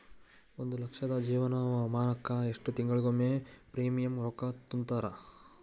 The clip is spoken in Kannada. ಒಂದ್ ಲಕ್ಷದ ಜೇವನ ವಿಮಾಕ್ಕ ಎಷ್ಟ ತಿಂಗಳಿಗೊಮ್ಮೆ ಪ್ರೇಮಿಯಂ ರೊಕ್ಕಾ ತುಂತುರು?